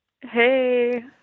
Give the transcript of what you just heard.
Hey